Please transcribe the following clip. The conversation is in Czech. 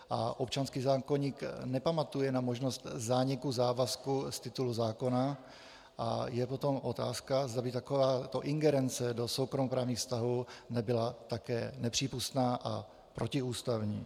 A občanský zákoník nepamatuje na možnost zániku závazku z titulu zákona a je potom otázka, zda by takováto ingerence do soukromoprávních vztahů nebyla také nepřípustná a protiústavní.